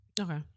Okay